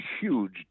huge